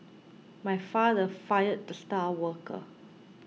my father fired the star worker